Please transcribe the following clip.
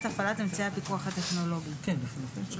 הפעלת אמצעי הפיקוח הטכנולוגי כאמור.